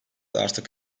artık